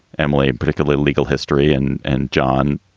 emily, and particularly legal history. and and john,